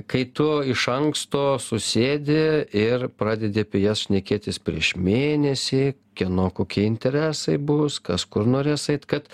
kai tu iš anksto susėdi ir pradedi apie jas šnekėtis prieš mėnesį kieno kokie interesai bus kas kur norės eit kad